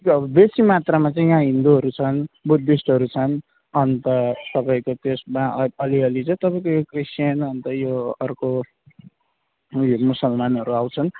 अब बेसी मात्रामा चाहिँ यहाँ हिन्दूहरू छन् बुद्धिस्टहरू छन् अन्त तपाईँको त्यसमा अलिअलि चाहिँ तपाईँको यो क्रिस्चयन अन्त यो अर्को उयो मुस्लिमहरू आँउछन्